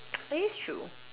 that is true